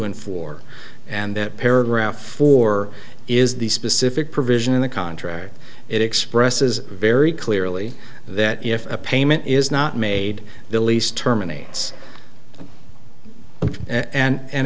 and four and that paragraph four is the specific provision in the contract it expresses very clearly that if a payment is not made the least terminates and